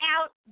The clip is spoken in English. Out